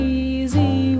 easy